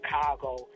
Chicago